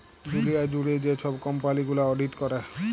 দুঁলিয়া জুইড়ে যে ছব কম্পালি গুলা অডিট ক্যরে